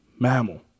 mammal